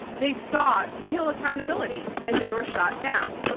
they sought real accountability and they were shot down.